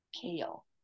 kale